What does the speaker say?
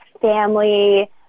family